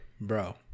bro